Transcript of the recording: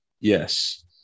Yes